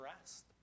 rest